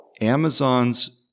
Amazon's